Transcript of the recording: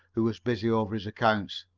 who was busy over his accounts.